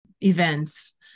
events